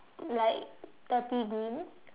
like dirty green